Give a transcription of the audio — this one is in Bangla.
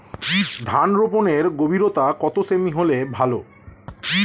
ধান রোপনের গভীরতা কত সেমি হলে ভালো?